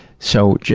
so,